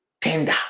tender